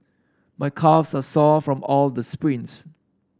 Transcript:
my calves are sore from all the sprints